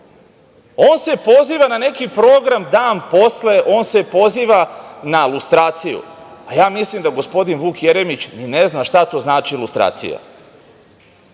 On se poziva na neki program „Dan posle“, on se poziva na lustraciju. A ja mislim da gospodin Vuk Jeremić i ne zna šta to znači lustracija. Takođe,